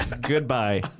Goodbye